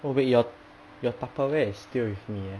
oh wait your your tupperware is still with me eh